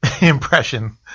impression